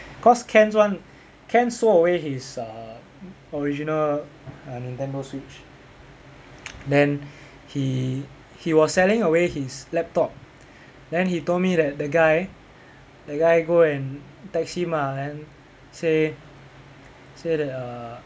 cause ken's one ken sold away his uh original uh nintendo switch then he he was selling away his laptop then he told me that the guy the guy go and text him ah and then say say that uh